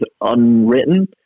unwritten